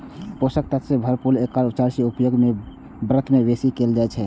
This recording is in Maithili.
पोषक तत्व सं भरपूर एकर चाउर के उपयोग व्रत मे बेसी कैल जाइ छै